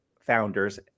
founders